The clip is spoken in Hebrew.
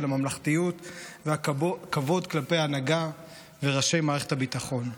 הממלכתיות והכבוד כלפי הנהגה וראשי מערכת הביטחון.